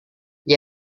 gli